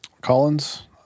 Collins